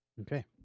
Okay